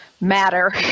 matter